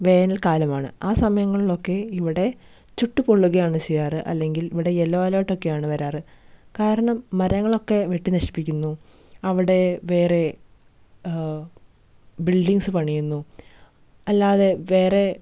വേനൽക്കാലമാണ് ആ സമയങ്ങളിലൊക്കെ ഇവിടെ ചുട്ട് പൊള്ളുകയാണ് ചെയ്യാറ് അല്ലെങ്കിൽ ഇവിടെ എല്ലൊ അലേർട്ടൊക്കെയാണ് വരാറ് കാരണം മരങ്ങളൊക്കെ വെട്ടി നശിപ്പിക്കുന്നു അവിടെ വേറെ ബിൽഡിങ്സ് പണിയുന്നു അല്ലാതെ വേറെ